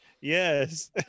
Yes